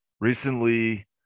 recently